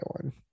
one